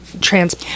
trans